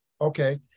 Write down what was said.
Okay